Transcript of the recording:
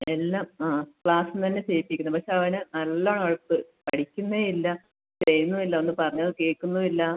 എല്ലാം ആ ക്ലാസിൽ നിന്ന് തന്നെ ചെയ്യിപ്പിക്കുന്നുണ്ട് പക്ഷെ അവൻ നല്ല വണ്ണം ഉഴപ്പ് പഠിക്കുന്നത് ഇല്ല ചെയ്യുന്നും ഇല്ല ഒന്നും പറഞ്ഞത് കേൾക്കുന്നും ഇല്ല